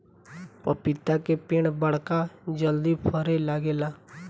पपीता के पेड़ बड़ा जल्दी फरे लागेला